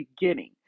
beginning